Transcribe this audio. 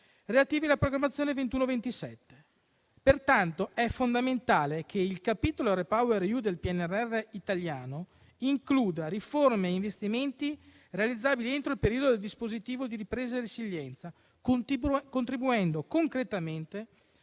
relativi alla programmazione 2021-2027. Pertanto, è fondamentale che il capitolo REPowerEU del PNRR italiano includa riforme e investimenti realizzabili entro il periodo del dispositivo di ripresa e resilienza, contribuendo concretamente